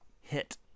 hit